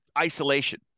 isolation